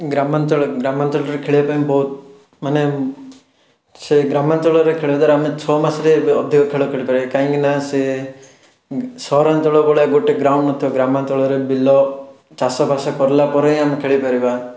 ଗ୍ରାମାଞ୍ଚଳ ଗ୍ରାମାଞ୍ଚଳରେ ଖେଳିବାପାଇଁ ବହୁତ ମାନେ ସେ ଗ୍ରାମାଞ୍ଚଳରେ ଖେଳଦ୍ୱାରା ଆମେ ଛଅ ମାସରେ ଅଧିକ ଖେଳ ଖେଳିପାରିବା କାହିଁକିନା ସେ ସହରାଞ୍ଚଳ ଭଳିଆ ଗୋଟେ ଗ୍ରାଉଣ୍ଡ୍ ନଥିବ ଗ୍ରାମାଞ୍ଚଳରେ ବିଲ ଚାଷଫାସ କଲାପରେ ଆମେ ଖେଳିପାରିବା